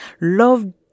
love